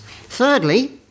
Thirdly